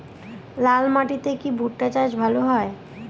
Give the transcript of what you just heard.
লাল মাটিতে কি ভুট্টা চাষ ভালো হয়?